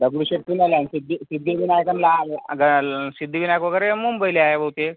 दगडूशेठ पुण्याला आहे आणि सिद्धी सिद्धिविनायक अन ला आलो ग सिद्धिविनायक वगैरे मुंबईला आहे बहुतेक